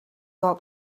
old